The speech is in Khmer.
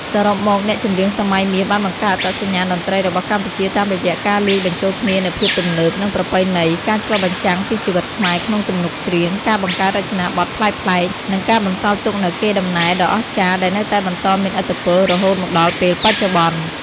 សរុបមក អ្នកចម្រៀងសម័យមាសបានបង្កើតអត្តសញ្ញាណតន្ត្រីរបស់កម្ពុជាតាមរយៈការលាយបញ្ចូលគ្នានូវភាពទំនើប និងប្រពៃណី ការឆ្លុះបញ្ចាំងពីជីវិតខ្មែរក្នុងទំនុកច្រៀង ការបង្កើតរចនាបថប្លែកៗ និងការបន្សល់ទុកនូវកេរដំណែលដ៏អស្ចារ្យដែលនៅតែបន្តមានឥទ្ធិពលរហូតមកដល់ពេលបច្ចុប្បន្ន។